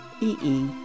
e-e